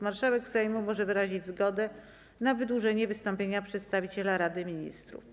Marszałek Sejmu może wyrazić zgodę na wydłużenie wystąpienia przedstawiciela Rady Ministrów.